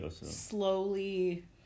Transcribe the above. slowly